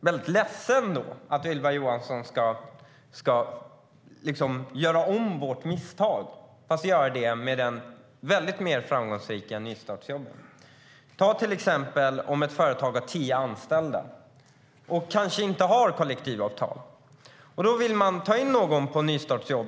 väldigt ledsen att Ylva Johansson ska göra om vårt misstag fast med de mycket mer framgångsrika nystartsjobben. Ta till exempel ett företag som har tio anställda och som kanske inte har kollektivavtal! Man vill ta in någon på ett nystartsjobb.